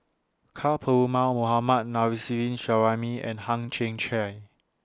Ka Perumal Mohammad Nurrasyid Juraimi and Hang Chang Chieh